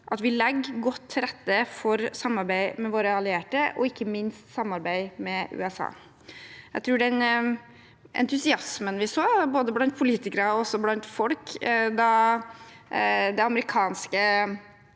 at vi legger godt til rette for samarbeid med våre allierte – ikke minst samarbeidet med USA. Jeg tror den entusiasmen vi så både blant politikere og blant folk da det amerikanske